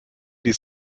die